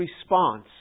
response